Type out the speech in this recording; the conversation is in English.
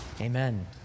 Amen